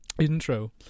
intro